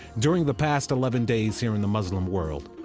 during the past eleven days here in the muslim world,